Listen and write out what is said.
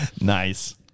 Nice